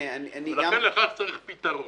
לכך צריך פתרון.